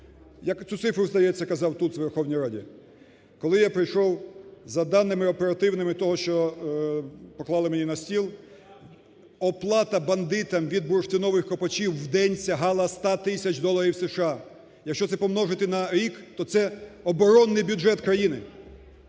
я цю цифру, здається, казав тут у Верховній Раді, коли я прийшов за даними оперативними того, що поклали мені на стіл, оплата бандитам від бурштинових копачів в день сягала 100 тисяч доларів США. Якщо це помножити на рік, то це оборонний бюджет країни.